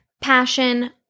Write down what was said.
passion